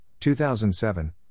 2007